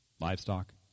Livestock